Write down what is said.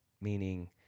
meaning